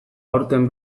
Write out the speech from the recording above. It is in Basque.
aurten